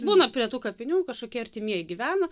būna prie tų kapinių kažkokie artimieji gyvena